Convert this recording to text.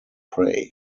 prey